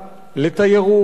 לתיירות,